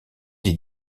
des